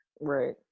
Right